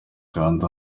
kanda